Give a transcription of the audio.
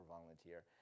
volunteer